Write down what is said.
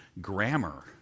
grammar